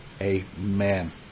Amen